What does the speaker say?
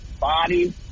body